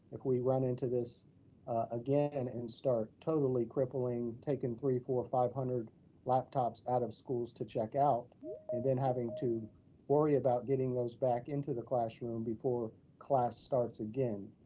like we run into this again, and and start totally crippling, taking three, four, five hundred laptops out of schools to check out and then having to worry about getting those back into the classroom before class starts again.